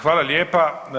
Hvala lijepa.